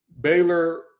Baylor